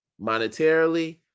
monetarily